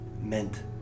meant